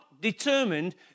determined